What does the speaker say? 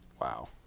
Wow